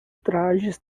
trajes